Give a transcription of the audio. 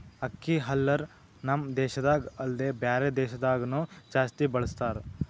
ಅಕ್ಕಿ ಹಲ್ಲರ್ ನಮ್ ದೇಶದಾಗ ಅಲ್ದೆ ಬ್ಯಾರೆ ದೇಶದಾಗನು ಜಾಸ್ತಿ ಬಳಸತಾರ್